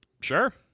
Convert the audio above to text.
Sure